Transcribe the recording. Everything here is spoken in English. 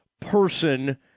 person